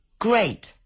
Great